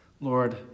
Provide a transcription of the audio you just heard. Lord